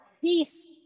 Peace